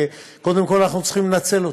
קודם כול אנחנו צריכים לנצל אותו,